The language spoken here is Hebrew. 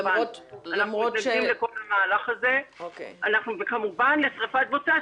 אנחנו מתנגדים לכל המהלך הזה וכמובן לשריפת בוצה,